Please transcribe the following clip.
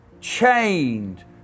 chained